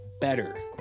better